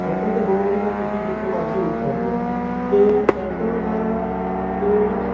cycle 'ਤੇ ਹੋਵੋਂਗੇ ਤਾਂ ਤੁਸੀਂ ਜਿੱਥੇ ਮਰਜ਼ੀ ਰੁਕ ਸਕਦੇ ਹੋ ਅਤੇ ਸਾਈਕਲ ਦਾ ਅਤੇ